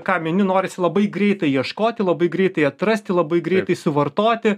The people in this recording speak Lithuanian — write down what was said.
ką mini norisi labai greitai ieškoti labai greitai atrasti labai greitai suvartoti